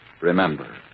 Remember